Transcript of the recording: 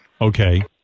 Okay